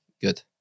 Good